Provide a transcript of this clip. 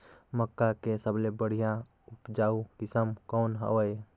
मक्का के सबले बढ़िया उपजाऊ किसम कौन हवय?